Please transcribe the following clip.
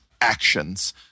actions